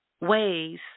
ways